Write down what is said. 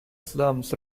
slums